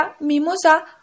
Mimosa